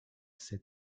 sept